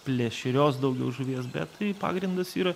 plėšrios daugiau žuvies bet tai pagrindas yra